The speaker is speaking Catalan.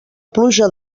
pluja